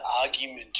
argument